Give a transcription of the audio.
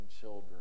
children